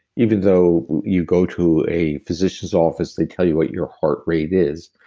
even though you go to a physician's office, they tell you what your heart rate is,